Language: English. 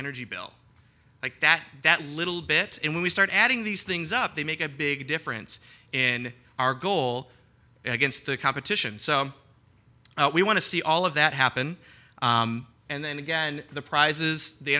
energy bill like that that little bit and we start adding these things up they make a big difference in our goal against the competition so we want to see all of that happen and then again the prizes the